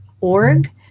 org